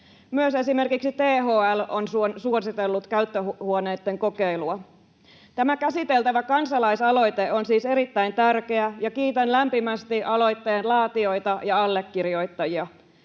Myös esimerkiksi THL on suositellut käyttöhuoneitten kokeilua. Tämä käsiteltävä kansalaisaloite on siis erittäin tärkeä, ja kiitän lämpimästi aloitteen laatijoita ja allekirjoittajia.